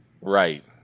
Right